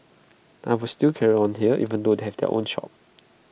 I will still carry on here even though they have their own shop